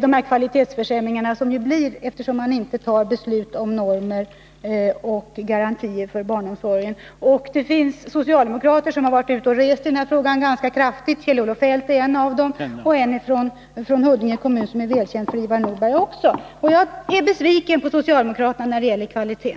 de kvalitetsförsämringar som inträder, eftersom man inte föreslår beslut om normer och garantier för barnomsorgen. Det finns socialdemokrater som varit ute och rest i den här frågan — ganska mycket. Kjell-Olof Feldt är en av dem, och en, som också är välkänd för Ivar Nordberg, är från Huddinge kommun. Jag är besviken på socialdemokraterna när det gäller kvaliteten.